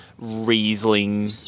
Riesling